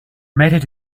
method